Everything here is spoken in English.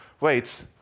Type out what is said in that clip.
wait